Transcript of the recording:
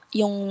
yung